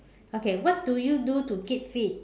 okay what do you do to keep fit